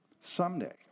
someday